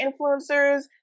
influencers